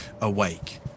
awake